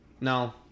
No